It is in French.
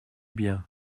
bien